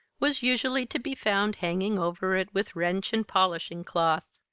was usually to be found hanging over it with wrench and polishing cloth.